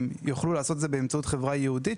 הם יוכלו לעשות את זה באמצעות חברה ייעודית,